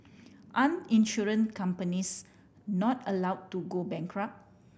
aren't insurance companies not allow to go bankrupt